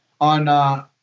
on